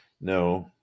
no